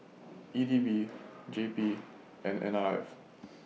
E D B J P and N R F